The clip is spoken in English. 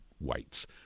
whites